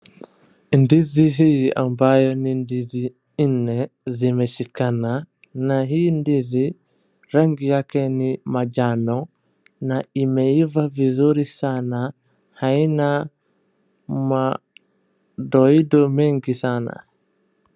Ndizi hii ambayo ni ndizi nne zimeshikana na hii ndizi rangi yake ni manjano na imeiva vizuri sana, haina madoido mengi sana.